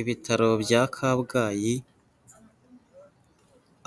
Ibitaro bya Kabgayi,